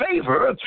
favor